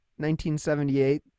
1978